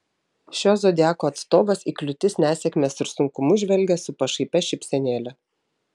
šio zodiako atstovas į kliūtis nesėkmes ir sunkumus žvelgia su pašaipia šypsenėle